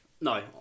no